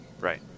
Right